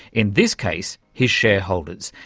in this case his shareholders.